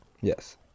Yes